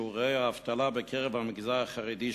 שיעורי האבטלה בקרב המגזר חרדי,